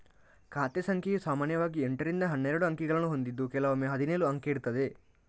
ಖಾತೆ ಸಂಖ್ಯೆಯು ಸಾಮಾನ್ಯವಾಗಿ ಎಂಟರಿಂದ ಹನ್ನೆರಡು ಅಂಕಿಗಳನ್ನ ಹೊಂದಿದ್ದು ಕೆಲವೊಮ್ಮೆ ಹದಿನೇಳು ಅಂಕೆ ಇರ್ತದೆ